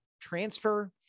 transfer